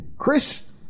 chris